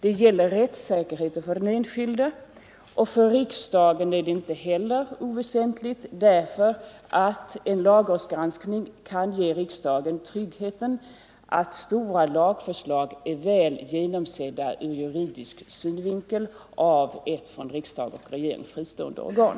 Det gäller rättssäkerheten för den enskilde, och för riksdagen är det inte heller oväsentligt därför att en lagrådsgranskning kan ge riksdagen den tryggheten att stora lagförslag är väl genomsedda ur juridisk synvinkel av ett från riksdag och regering fristående organ.